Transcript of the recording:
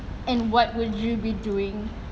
and what would you be doing